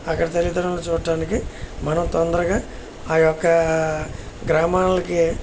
అక్కడ తల్లిదండ్రులను చూడటానికి మనం తొందరగా ఆయొక్క గ్రామాలకి